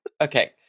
Okay